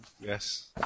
Yes